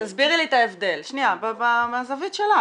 תסבירי לי את ההבדל מהזווית שלך.